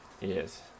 Yes